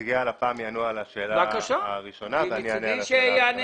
נציגי הלפ"ם יענו על השאלה הראשונה ואני אענה על